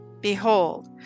Behold